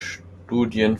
studien